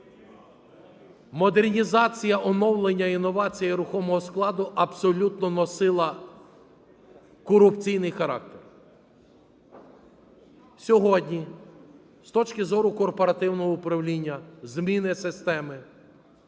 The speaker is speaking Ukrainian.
Модернізація, оновлення, інновація рухомого складу абсолютно носила корупційний характер. Сьогодні з точки зору корпоративного управління, зміни системи,